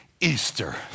Easter